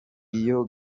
iyo